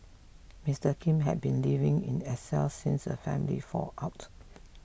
Mister Kim had been living in exile since a family fallout